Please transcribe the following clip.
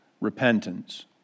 repentance